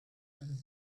tells